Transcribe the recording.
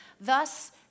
Thus